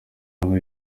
aho